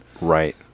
Right